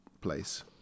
place